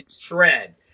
shred